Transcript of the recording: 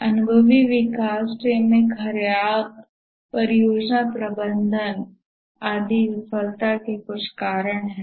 अनुभवी विकास टीम में खराब परियोजना प्रबंधन वगैरह ये विफलता के कुछ कारण हैं